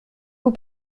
vous